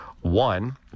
One